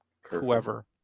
whoever